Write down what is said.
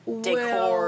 decor